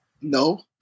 No